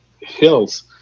hills